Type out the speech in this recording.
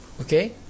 okay